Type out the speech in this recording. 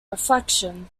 reflection